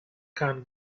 can